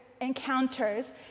encounters